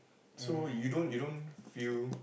so you don't you don't feel